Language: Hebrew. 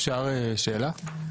אפשר לשאול שאלה?